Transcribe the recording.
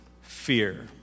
fear